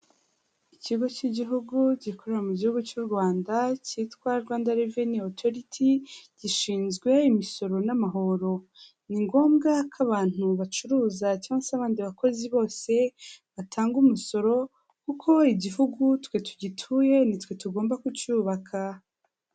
Ikigo cy'igihugu gikorera mu gihugu cy'u Rwanda cyitwa Rwanda reveni otoriti, gishinzwe imisoro n'amahoro. Ni ngombwa ko abantu bacuruza cyangwa se abandi bakozi bose batanga umusoro, kuko igihugu twe tugituye nitwe tugomba kucyubaka.